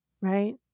Right